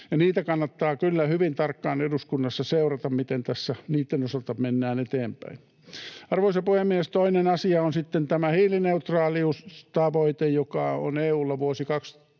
Niitä kannattaa kyllä hyvin tarkkaan eduskunnassa seurata, miten tässä niitten osalta mennään eteenpäin. Arvoisa puhemies! Toinen asia on sitten tämä hiilineutraaliustavoite, joka on EU:lla vuosi 2050